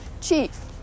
Chief